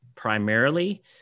Primarily